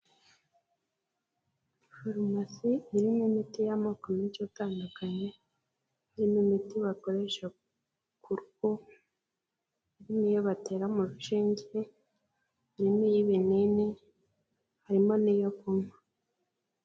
Farumasi, irimo imiti y'amoko menshi atandukanye, irimo imiti bakoresha ku ruhu, niyo batera amarushenge, harimo n'iy'ibinini, harimo n'iyo kunywa.